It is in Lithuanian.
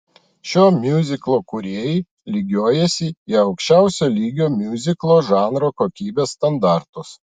šio miuziklo kūrėjai lygiuojasi į aukščiausio lygio miuziklo žanro kokybės standartus